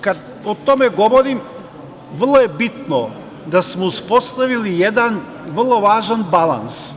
Kad o tome govorim, vrlo je bitno da smo uspostavili jedan vrlo važan balans.